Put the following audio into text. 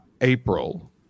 April